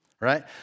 Right